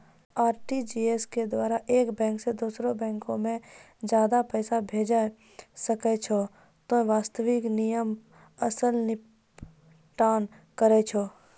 RTGS के द्वारा एक बैंक से दोसरा बैंको मे ज्यादा पैसा तोय भेजै सकै छौ वास्तविक समय सकल निपटान कहै छै?